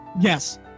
Yes